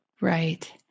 right